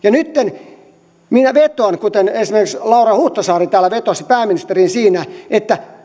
nytten minä vetoan kuten esimerkiksi laura huhtasaari täällä vetosi pääministeriin että